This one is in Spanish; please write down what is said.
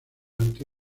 anti